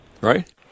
right